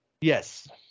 Yes